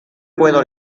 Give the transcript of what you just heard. puedo